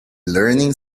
learning